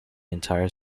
entire